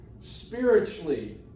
spiritually